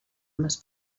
unes